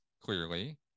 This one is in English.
clearly